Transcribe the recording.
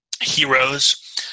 heroes